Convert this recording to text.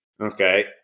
Okay